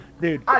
dude